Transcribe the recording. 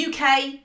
UK